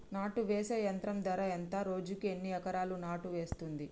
నాటు వేసే యంత్రం ధర ఎంత రోజుకి ఎన్ని ఎకరాలు నాటు వేస్తుంది?